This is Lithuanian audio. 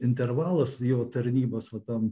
intervalas jo tarnybos va tam